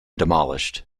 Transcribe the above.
demolished